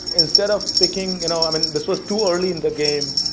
instead of picking you know i mean this was too early in the game.